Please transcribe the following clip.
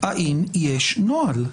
האם יש נוהל?